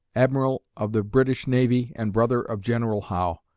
admiral of the british navy and brother of general howe.